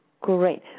great